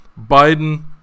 biden